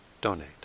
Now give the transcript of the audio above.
donate